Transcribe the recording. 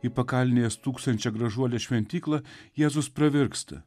į pakalnėje stūksančią gražuolę šventyklą jėzus pravirksta